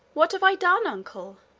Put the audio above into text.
what have i done, uncle?